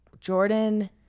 Jordan